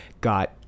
Got